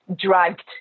dragged